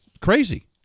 crazy